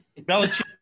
Belichick